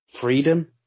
freedom